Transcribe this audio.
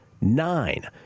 Nine